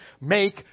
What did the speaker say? make